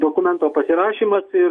dokumento pasirašymas ir